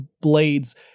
blades